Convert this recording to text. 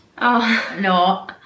No